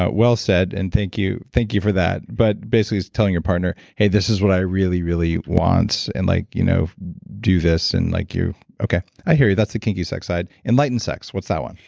well said, and thank you thank you for that. but basically, it's telling your partner, hey, this is what i really, really want. and, like you know do this and like you. okay. i hear you. that's the kinky sex side. enlightened sex. what's that one?